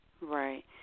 Right